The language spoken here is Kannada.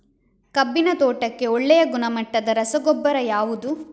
ಕಬ್ಬಿನ ತೋಟಕ್ಕೆ ಒಳ್ಳೆಯ ಗುಣಮಟ್ಟದ ರಸಗೊಬ್ಬರ ಯಾವುದು?